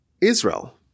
Israel